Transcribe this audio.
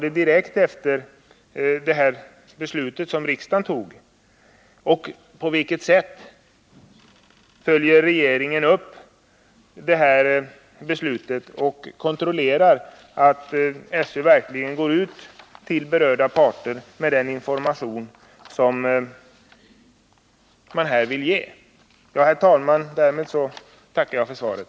Skedde det omedelbart efter det beslut riksdagen fattade, och på vilket sätt följer regeringen upp beslutet och kontrollerar att SÖ verkligen går ut till berörda parter med den information som man här vill ge? Herr talman! Därmed tackar jag än en gång för svaret.